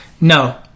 No